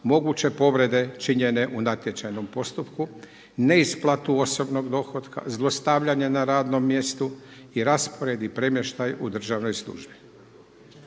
moguće povrede činjene u natječajnom postupku, neisplatu osobnog dohotka, zlostavljanje na radnom mjesto i raspored i premještaj u državnoj službi.